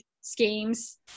schemes